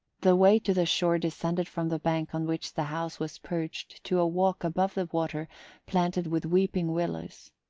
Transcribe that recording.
the way to the shore descended from the bank on which the house was perched to a walk above the water planted with weeping willows.